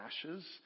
ashes